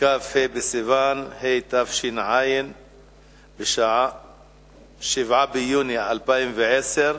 בניסן התש"ע (17 במרס 2010):